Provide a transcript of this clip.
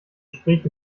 gespräch